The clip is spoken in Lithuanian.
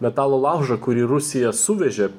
metalo laužą kurį rusija suvežė